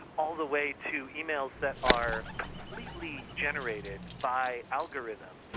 all the way to emails that are completely generated by algorithms,